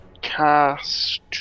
cast